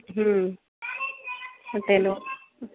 ಹ್ಞೂ ಹೊಟ್ಟೆ ನೋವು